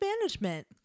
management